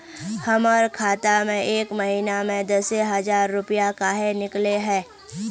हमर खाता में एक महीना में दसे हजार रुपया काहे निकले है?